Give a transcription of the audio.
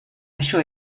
això